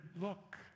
look